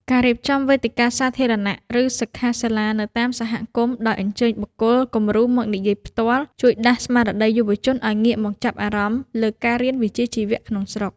ការរៀបចំវេទិកាសាធារណៈ ឬសិក្ខាសាលានៅតាមសហគមន៍ដោយអញ្ជើញបុគ្គលគំរូមកនិយាយផ្ទាល់ ជួយដាស់ស្មារតីយុវជនឱ្យងាកមកចាប់អារម្មណ៍លើការរៀនវិជ្ជាជីវៈក្នុងស្រុក។